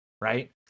right